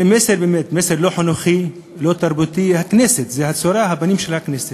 זה מסר לא חינוכי, לא תרבותי, אלה הפנים של הכנסת.